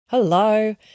Hello